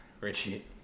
Richie